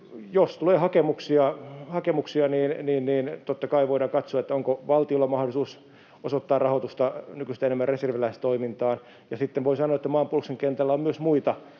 Jos tulee hakemuksia, niin totta kai voidaan katsoa, onko valtiolla mahdollisuus osoittaa rahoitusta nykyistä enemmän reserviläistoimintaan. Sitten voin sanoa, että maanpuolustuksen kentällä on myös muita